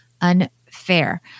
unfair